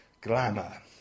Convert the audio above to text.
glamour